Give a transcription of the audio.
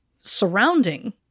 surrounding